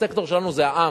הסקטור שלנו זה העם.